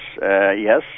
Yes